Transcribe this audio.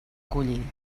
collir